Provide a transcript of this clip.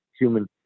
human